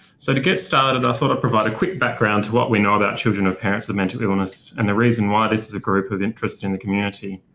so to get started, i thought i'd provide a quick background to what we know about children of parents with mental illness and the reason why this is a group of interest in the community.